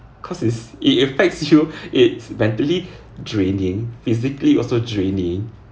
cause it's it effects you it's mentally draining physically also draining